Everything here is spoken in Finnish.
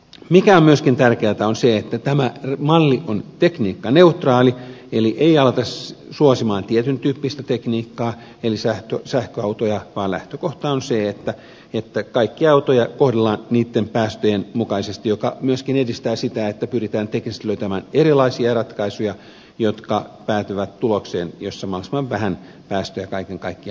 mikä on myöskin tärkeätä on se että tämä malli on tekniikkaneutraali eli ei aleta suosia tietyntyyppistä tekniikkaa eli sähköautoja vaan lähtökohta on se että kaikkia autoja kohdellaan niitten päästöjen mukaisesti mikä myöskin edistää sitä että pyritään teknisesti löytämään erilaisia ratkaisuja jotka päätyvät tulokseen jossa mahdollisimman vähän päästöjä kaiken kaikkiaan aiheutetaan